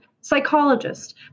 Psychologist